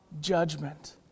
judgment